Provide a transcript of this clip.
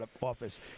Office